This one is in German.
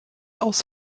aus